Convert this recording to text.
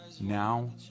now